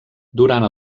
durant